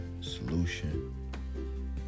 solution